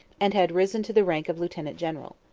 and had risen to the rank of lieutenant-general.